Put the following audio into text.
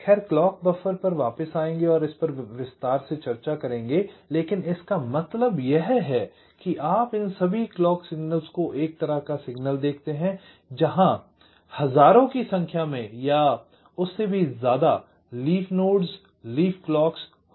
खैर clock buffer पर वापिस आएंगे और इस पर विस्तार से चर्चा करेंगे लेकिन इसका मतलब यह है कि आप इन सभी क्लॉक सिग्नल्स को एक तरह का सिग्नल देखते हैं जहां हज़ारों की संख्या में या उससे भी ज़्यादा लीफ नोड्स लीफ क्लॉक्स हो सकते हैं